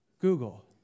Google